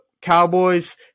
Cowboys